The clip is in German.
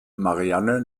marianne